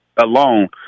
alone